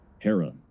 Hera